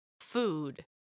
food